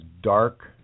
dark